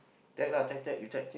check lah check check you check